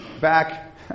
back